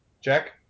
Jack